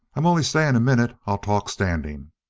i'm only staying a minute. i'll talk standing.